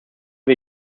wir